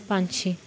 ਪੰਛੀ